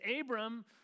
Abram